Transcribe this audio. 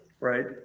Right